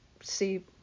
see